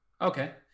Okay